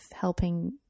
helping